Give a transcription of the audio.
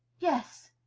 yes!